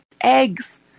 eggs